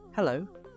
Hello